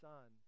Son